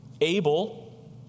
Abel